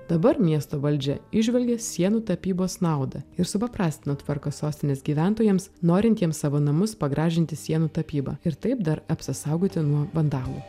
dabar miesto valdžia įžvelgia sienų tapybos naudą ir supaprastino tvarką sostinės gyventojams norintiems savo namus pagražinti sienų tapyba ir taip dar apsisaugoti nuo vandalų